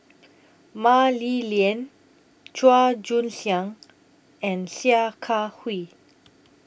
Mah Li Lian Chua Joon Siang and Sia Kah Hui